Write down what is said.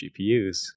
GPUs